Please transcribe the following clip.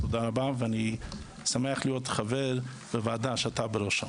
אני שמח להיות חבר בוועדה שאתה בראשה.